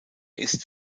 ist